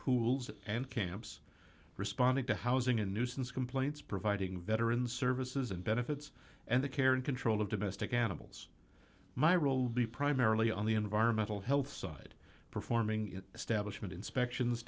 pools and camps responding to housing and nuisance complaints providing veterans services and benefits and the care and control of domestic animals my role will be primarily on the environmental health side performing it establishment inspections